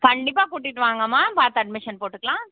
கண்டிப்பாக கூட்டிகிட்டு வாங்கம்மா பார்த்து அட்மிஷன் போட்டுக்கலாம்